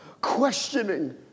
questioning